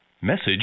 Message